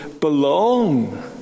belong